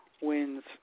wins